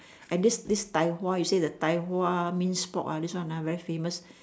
and this this tai-hwa you say the tai-hwa minced pork ah this one ah very famous